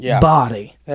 body